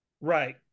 Right